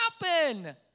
happen